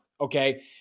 okay